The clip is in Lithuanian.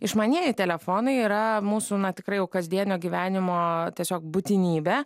išmanieji telefonai yra mūsų na tikrai jau kasdienio gyvenimo tiesiog būtinybė